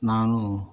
ನಾನು